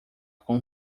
com